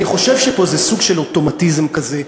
אני חושב שפה זה סוג של אוטומטיזם כזה,